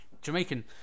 Jamaican